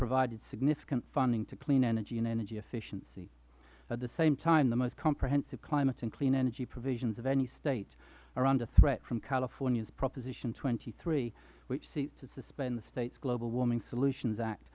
provided significant funding to clean energy and energy efficiency at the same time the most comprehensive climate and clean energy provisions of any state are under threat from california's proposition twenty three which seeks to suspend the state's global warming solutions act